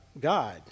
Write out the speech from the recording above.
God